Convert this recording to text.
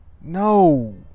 No